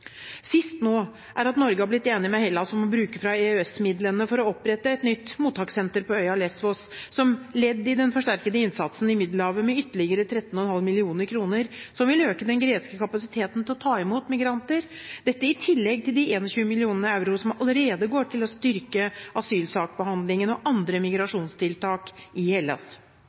nå er at Norge har blitt enig med Hellas om å bruke fra EØS-midlene for å opprette et nytt mottakssenter på øya Lesvos, som ledd i den forsterkede innsatsen i Middelhavet, med ytterligere 13,5 mill. kr, som vil øke den greske kapasiteten til å ta imot migranter – dette i tillegg til de 21 mill. euro som allerede går til å styrke asylsaksbehandlingen og andre